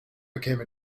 became